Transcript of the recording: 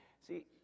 See